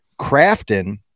Crafton